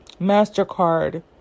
MasterCard